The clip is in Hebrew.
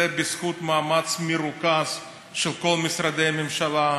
זה בזכות מאמץ מרוכז של כל משרדי הממשלה: